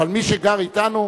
אבל מי שגר אתנו,